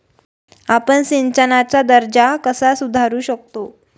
आपण सिंचनाचा दर्जा कसा सुधारू शकतो?